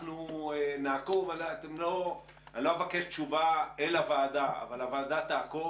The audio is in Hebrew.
אני לא אבקש תשובה אל הוועדה אבל הוועדה תעקוב